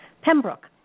Pembroke